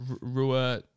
Rua